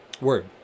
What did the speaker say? Word